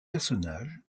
personnages